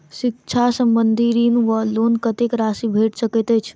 शिक्षा संबंधित ऋण वा लोन कत्तेक राशि भेट सकैत अछि?